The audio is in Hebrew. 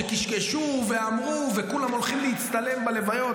שקשקשו ואמרו וכולם הולכים להצטלם בלוויות,